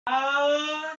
tomorrow